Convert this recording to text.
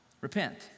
Repent